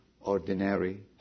ordinary